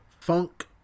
funk